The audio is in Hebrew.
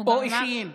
או אישיים.